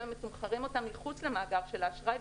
כי היו מתמחרים אותן מחוץ למאגר של האשראי,